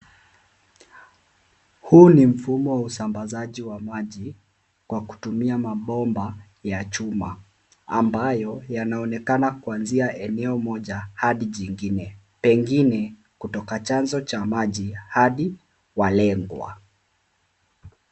Huu ni mfumo wa usambazaji wa maji kwa kutumia mabomba ya chuma ambayo yanaonekana kuanzia eneo moja hadi jingine pengine kutoka chanzo cha maji hadi walengwa.